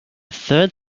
third